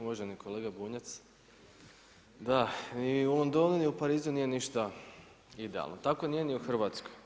Uvažni kolega Bunjac da ni u Londonu, ni u Parizu nije ništa idealno, tako nije ni u Hrvatskoj.